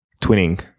Twinning